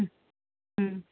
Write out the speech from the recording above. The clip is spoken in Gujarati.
હમ હમ